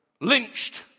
lynched